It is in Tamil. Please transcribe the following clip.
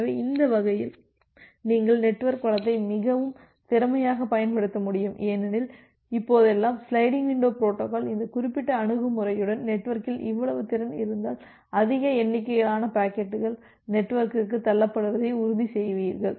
எனவே அந்த வகையில் நீங்கள் நெட்வொர்க் வளத்தை மிகவும் திறமையாக பயன்படுத்த முடியும் ஏனெனில் இப்போதெல்லாம் சிலைடிங் விண்டோ பொரோட்டோகால் இந்த குறிப்பிட்ட அணுகுமுறையுடன் நெட்வொர்க்கில் இவ்வளவு திறன் இருந்தால் அதிக எண்ணிக்கையிலான பாக்கெட்டுகள் நெட்வொர்க்கு தள்ளப்படுவதை உறுதி செய்வீர்கள்